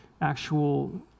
actual